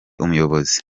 umuyobozi